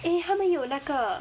eh 它们有那个